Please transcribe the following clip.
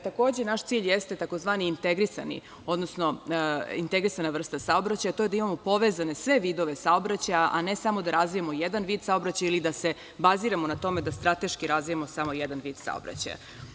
Takođe, naš cilj jeste tzv. integrisani, odnosno integrisana vrsta saobraćaja, a to je da imamo povezane sve vidove saobraćaja, a ne samo da razvijamo jedan vid saobraćaja ili da se baziramo na tome da strateški razvijamo samo jedan vid saobraćaja.